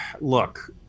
look